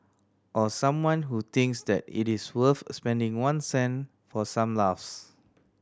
or someone who thinks that it is worth spending one cent for some laughs